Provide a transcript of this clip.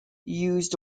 used